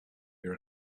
your